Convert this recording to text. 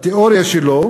התיאוריה שלו,